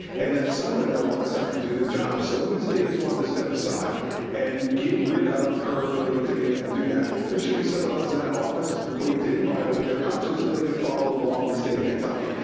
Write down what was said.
and that someone in that office has to do their job. so if ms. davis wanted to step aside and get rid of her ability to be able to do that, there should be someone else in that office who it didn't violate their conscience so they could follow the law of the state of kentucky.